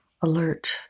alert